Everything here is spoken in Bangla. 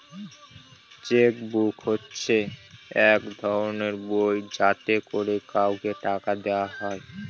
চেক বুক হচ্ছে এক ধরনের বই যাতে করে কাউকে টাকা দেওয়া হয়